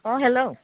অঁ হেল্ল'